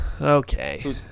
Okay